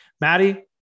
Maddie